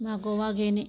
मागोवा घेणे